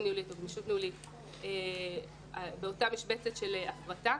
ניהולית או גמישות ניהולית באותה משבצת של הפרטה.